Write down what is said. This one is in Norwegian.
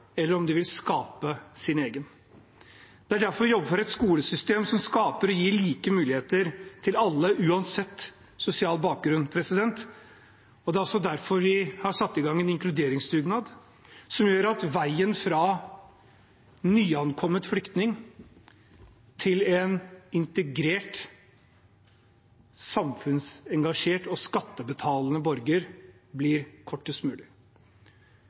eller om de vil skape sin egen. Det er derfor vi jobber for et skolesystem som skaper og gir like muligheter til alle, uansett sosial bakgrunn. Og det er også derfor vi har satt i gang en inkluderingsdugnad som gjør at veien fra nyankommet flyktning til en integrert samfunnsengasjert og skattebetalende borger blir kortest mulig.